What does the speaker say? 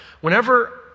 whenever